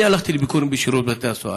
אני הלכתי לביקורים בשירות בתי הסוהר,